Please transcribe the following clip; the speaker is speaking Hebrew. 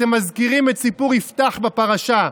אתם מזכירים את סיפור יפתח בפרשה,